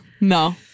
No